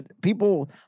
People